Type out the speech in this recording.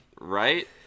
right